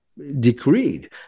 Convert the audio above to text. Decreed